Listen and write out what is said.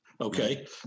Okay